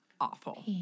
awful